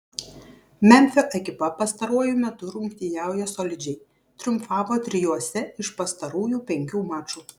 memfio ekipa pastaruoju metu rungtyniauja solidžiai triumfavo trijuose iš pastarųjų penkių mačų